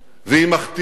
והיא מכתימה